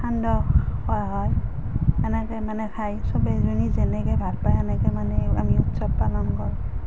সান্দহ খোৱা হয় এনেকৈ মানে খায় চবে যোনে যেনেকৈ ভাল পায় সেনেকৈ মানে আমি উৎসৱ পালন কৰোঁ